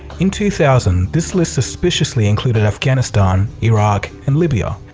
in two thousand this list suspiciously included afghanistan, iraq and libya.